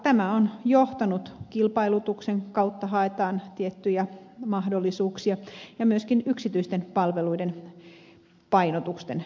tämä on johtanut siihen että kilpailutuksen kautta haetaan tiettyjä mahdollisuuksia ja myöskin yksityisten palveluiden painotusten suuntaan